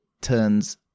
turns